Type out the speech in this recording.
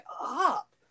up